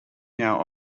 now